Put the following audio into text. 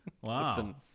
wow